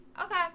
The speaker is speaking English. Okay